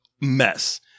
mess